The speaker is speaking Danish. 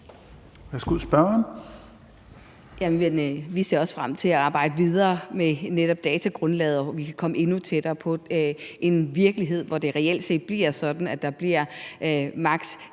Vi ser også frem til at arbejde videre med netop datagrundlaget, så vi kan komme endnu tættere på en virkelighed, hvor det reelt set bliver sådan, at der bliver maks.